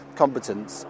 competence